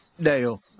Dale